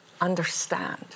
understand